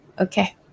okay